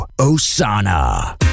Osana